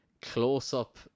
close-up